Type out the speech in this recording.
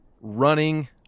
running